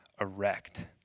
erect